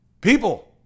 people